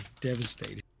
devastated